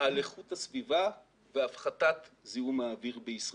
על איכות סביבה והפחתת זיהום האוויר בישראל.